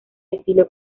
estilo